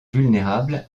vulnérable